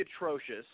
atrocious